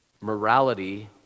morality